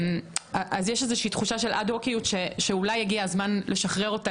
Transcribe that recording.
יש תחושה של הד-הוק ואולי הגיע הזמן לשחרר אותה